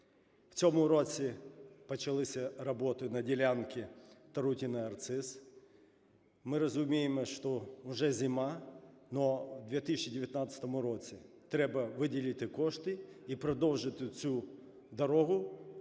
В цьому році почалися роботи на ділянці Тарутине–Арциз. Ми розуміємо, що вже зима, але у 2019 році треба виділити кошти і продовжити цю дорогу